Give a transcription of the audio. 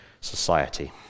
society